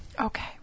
Okay